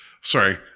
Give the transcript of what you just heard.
Sorry